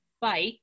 bike